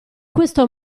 questo